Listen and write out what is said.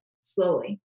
slowly